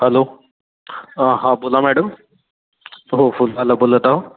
hello हां बोला madam हो फूलवाला बोलत आहो